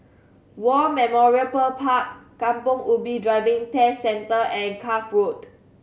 War Memorial Park Kampong Ubi Driving Test Centre and Cuff Road